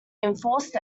enforced